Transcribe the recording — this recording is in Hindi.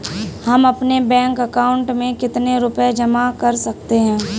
हम अपने बैंक अकाउंट में कितने रुपये जमा कर सकते हैं?